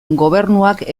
gobernuak